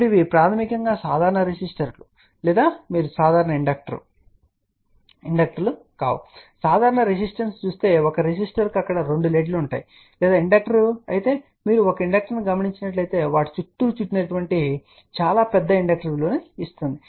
ఇప్పుడు ఇవి ప్రాథమికంగా సాధారణ రెసిస్టర్ లేదా మీరు చూసిన సాధారణ ఇండక్టర్ వంటివి కావు ఒక సాధారణ రెసిస్టర్ ను చూస్తే ఒక రెసిస్టర్ కు అక్కడ రెండు లీడ్లు ఉన్నాయి లేదా ఇండక్టర్ మీరు ఒక ఇండక్టర్ను గమనించినట్లయితే వాటి చుట్టూ చుట్టిన చాలా పెద్ద ఇండక్టర్ విలువలు ను ఇస్తుంది